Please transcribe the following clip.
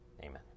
Amen